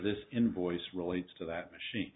this invoice relates to that machine